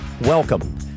Welcome